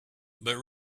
but